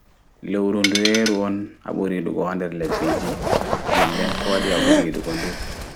Lewru nɗuyeru on aɓuri yiɗugo haa nɗer leɓɓiji nɗen nɗen kowaɗi aɓuri yiɗugo nɗu